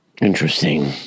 Interesting